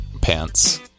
pants